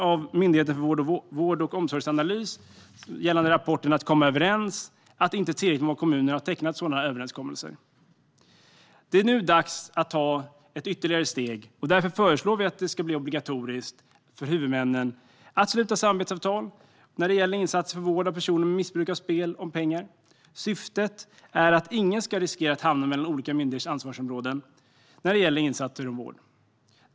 Av Myndigheten för vård och omsorgsanalys rapport Att komma överens framgår att inte tillräckligt många kommuner har tecknat sådana överenskommelser. Det är nu dags att ta ytterligare steg. Därför föreslår vi att det ska bli obligatoriskt för huvudmännen att sluta samarbetsavtal när det gäller insatser för och vård av personer med missbruk av spel om pengar. Syftet är att ingen ska riskera att hamna mellan olika myndigheters ansvarsområden när det gäller insatser och vård.